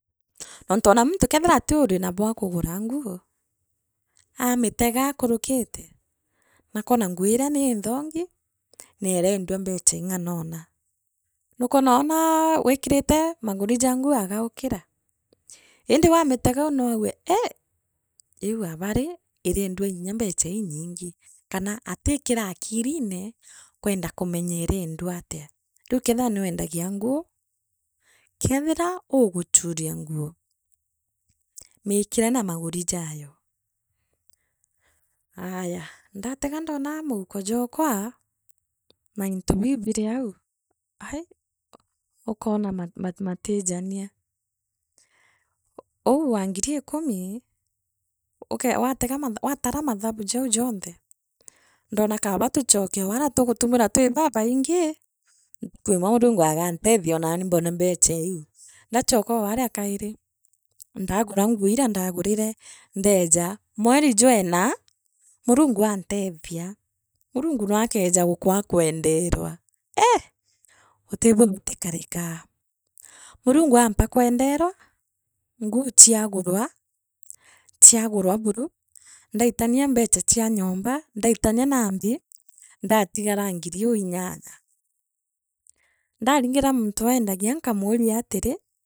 Ontu ona muntu kethira atiuri bwa kuguraa nguu, aamitega aakurukite, naakwo nguu iria niinthongi. neeriendua mbecha igaroona nukwuna oonaa wikirite maguri jaa nguu agookira, indi aamitegou noo auge ii iu aba rii iriendua nya mbecha inyingi, kana atikire akirine kwenda kumenya enendua atia riu kethiwa nwendagia nguu. keethira uguchuria nguu. miikire na maguri jaayo, aayaa, ndatega ndoonaa muuko jwokwa ma into biu biriau, aaii ukoona ma ma matijania uu wa ngiri ikumi, uke watikama watara mathabu jaa jonthe, ndona kaaba tuchoke oo aria tugutumura twi babaingi, ntuku imwe Murungu agaanteethia oonani mbone mbecha iu ndaachokoaria kairi ndaagura nguu iria ndagurire ndeeja gukwaa kwenderwa ii gutibuo butikarikaa Murungu aamba kwenderwa nguu chiagurwa chiagurwa buru ndaitania mbecha chia nyomba ndaitania nambi ndatigaraa ngiti uu inyanya ndaaringi muntu eendagia nkamuria atiri.